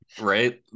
right